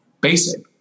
basic